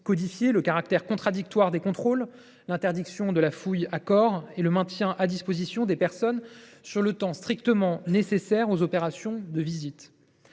codifiés le caractère contradictoire des contrôles, l’interdiction de la fouille à corps et le maintien à disposition des personnes sur le temps strictement nécessaire aux opérations de visite.